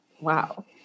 Wow